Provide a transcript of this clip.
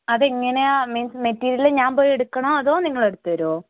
അത് എങ്ങനെയാണ് means material ഞാൻ പോയി എടുക്കണോ അതോ നിങ്ങൾ എടുത്ത് തരുമോ